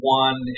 one